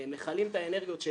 מכלים את כוחותינו